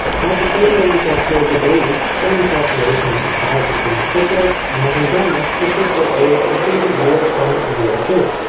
as the table only gives whole degrees some interpolation is required between the figures and having done this we should get a as being zero point zero two.